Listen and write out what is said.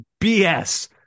BS